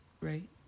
right